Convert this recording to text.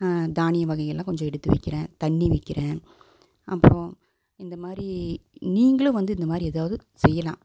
தானிய வகைகள்லாம் கொஞ்சம் எடுத்து வைக்கிறேன் தண்ணி வைக்கிறேன் அப்பறம் இந்த மாதிரி நீங்களும் வந்து இந்த மாதிரி ஏதாவது செய்யலாம்